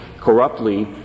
Corruptly